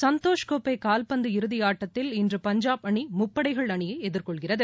சந்தோஷ் கோப்பை கால்பந்து இறுதியாட்டத்தில் இன்று பஞ்சாப் அணி முப்படைகள் அணியை எதிர்கொள்கிறது